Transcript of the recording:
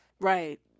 Right